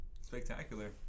Spectacular